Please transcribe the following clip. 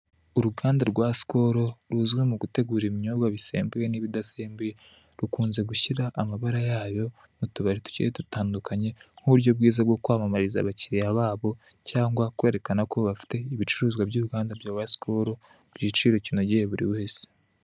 Uruganda rwa Sikolo ruzwiho mu gutegura ibinyobwa bisembuye n'ibidasembuye, rukunze gushyira mabara yayo mu tubari tugiye dutandukanye nk'uburyo bwiza bwo kwamamariza abakiriya babo cyangwa kwerekana ko bafite ibicuruzwa by'uruganda rwa Sikolo ku giciro kinogeye buri wese.